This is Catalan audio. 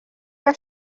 que